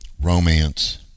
romance